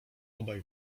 obaj